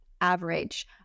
average